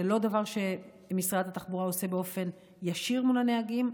זה לא דבר שמשרד התחבורה עושה באופן ישיר מול הנהגים,